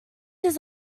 his